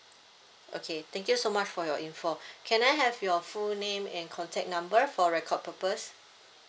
okay thank you so much for your info can I have your full name and contact number for record purpose